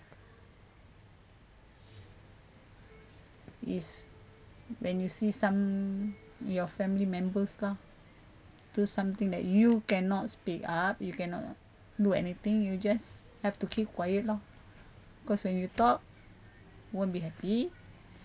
is when you see some your family members lah do something that you cannot speak up you cannot do anything you just have to keep quiet loh cause when you talk won't be happy